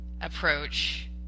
approach